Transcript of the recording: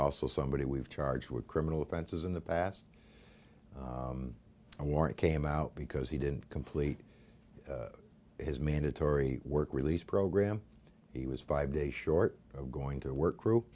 also somebody we've charged with criminal offenses in the past i warrant came out because he didn't complete his mandatory work release program he was five days short of going to work